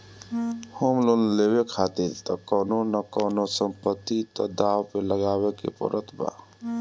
home loan लेवे खातिर तअ कवनो न कवनो संपत्ति तअ दाव पे लगावे के पड़त बा